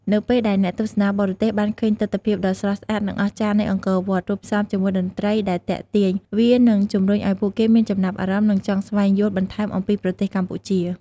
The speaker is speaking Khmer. នៅពេលដែលអ្នកទស្សនាបរទេសបានឃើញទិដ្ឋភាពដ៏ស្រស់ស្អាត និងអស្ចារ្យនៃអង្គរវត្ត រួមផ្សំជាមួយតន្ត្រីដែលទាក់ទាញ វានឹងជំរុញឲ្យពួកគេមានចំណាប់អារម្មណ៍ និងចង់ស្វែងយល់បន្ថែមអំពីប្រទេសកម្ពុជា។